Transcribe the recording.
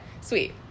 Sweet